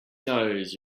knows